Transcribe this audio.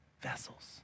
vessels